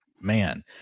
man